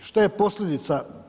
Što je posljedica?